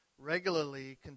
regularly